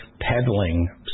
peddling